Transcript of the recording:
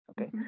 okay